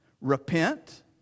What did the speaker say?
Repent